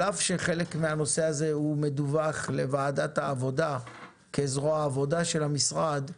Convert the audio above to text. על אף שחלק מהנושא הזה מדווח לוועדת העבודה כזרוע העבודה של המשרד,